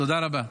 תודה רבה.